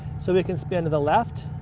so we can spin to the left.